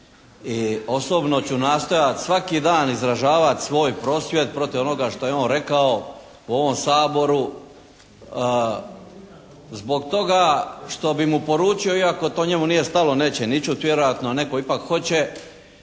i osobno ću nastojati svaki dan izražavati svoj prosvjed protiv onoga što je on rekao u ovom Saboru zbog toga što bih mu poručio iako to njemu nije stalo, neće ni čut vjerojatno a netko ipak hoće